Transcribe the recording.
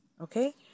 okay